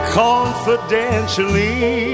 confidentially